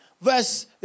verse